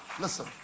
Listen